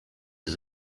his